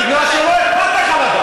בגלל שלא אכפת לך לדעת.